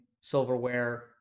silverware